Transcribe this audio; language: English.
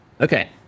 Okay